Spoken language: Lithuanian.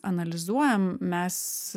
analizuojam mes